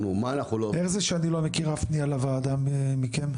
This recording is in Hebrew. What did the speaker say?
איך זה שאני לא מכיר אף פנייה לוועדה מכם?